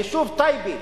היישוב טייבה,